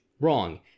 wrong